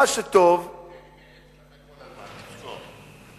אני מייעץ לך כל הזמן, תזכור.